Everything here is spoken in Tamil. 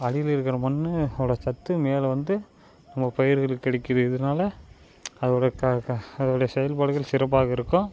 அடியில் இருக்கிற மண் ஓட சத்து மேலே வந்து நம்ம பயிர்களுக்கு கிடைக்கிது இதனால அதோடய அதோடைய செயல்பாடுகள் சிறப்பாக இருக்கும்